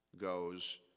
goes